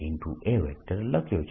A લખ્યું છે